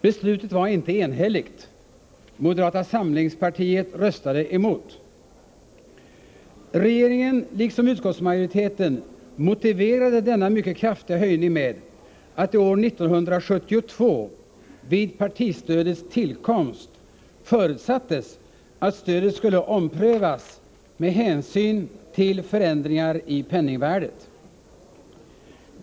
Beslutet var inte enhälligt — moderata samlingspartiet röstade emot. Regeringen, liksom utskottsmajoriteten, motiverade denna mycket kraftiga höjning med att det år 1972, vid partistödets tillkomst, förutsattes att stödet skulle omprövas med hänsyn till förändringar i penningvärdet.